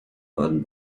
baden